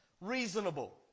reasonable